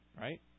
right